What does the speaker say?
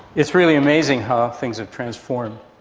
it's really amazing how things have transformed.